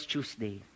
Tuesday